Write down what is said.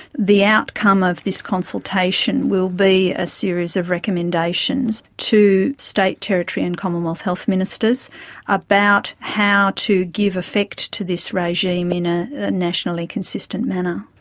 the outcome of this consultation will be a series of recommendations to state, territory and commonwealth health ministers about how to give effect to this regime in a nationally consistent manner.